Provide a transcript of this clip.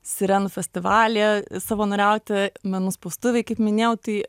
sirenų festivalyje savanoriauti menų spaustuvėj kaip minėjau tai